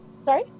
Sorry